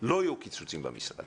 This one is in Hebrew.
לא יהיו קיצוצים במשרד.